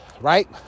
right